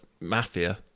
mafia